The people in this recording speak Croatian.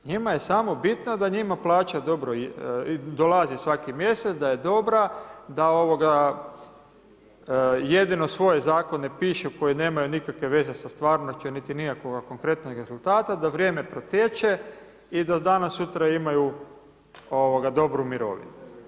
Njima je samo bitno da njima plaća dolazi svaki mjesec, da je dobra, da jedino svoje zakone pišu koji nemaju nikakve veze sa stvarnošću niti nikakvoga konkretnog rezultata, da vrijeme protječe i da danas-sutra imaju dobru mirovinu.